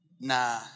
na